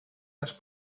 las